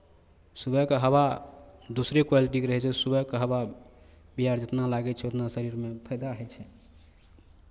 सुबहके हवा दोसरे क्वालिटीके रहै छै सुबहके हवा बिहारि जितना लागै छै उतना शरीरमे फाइदा होइ छै